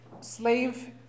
slave